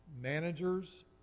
managers